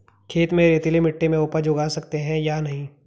खेत में रेतीली मिटी में उपज उगा सकते हैं या नहीं?